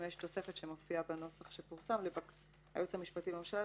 יש תוספת שמופיעה בנוסח שפורסם של היועץ המשפטי לממשלה,